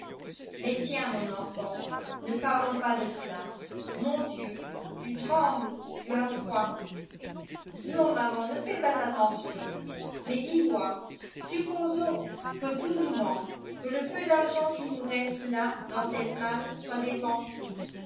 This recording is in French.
mais tiens mon enfant ne parlons pas de cela mon dieu tu trembles tu as froid non maman ne fais pas attention mais dis-moi supposons que tout nous manque que le peu d'argent qui nous reste là dans cette malle soit